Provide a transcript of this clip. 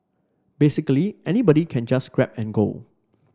basically anybody can just grab and go